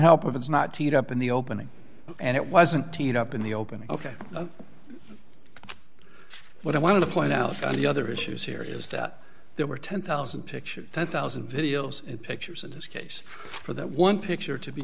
help it's not teed up in the opening and it wasn't heat up in the opening ok what i want to point out the other issues here is that there were ten thousand pictures ten thousand videos and pictures in this case for that one picture to be